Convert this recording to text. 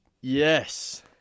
Yes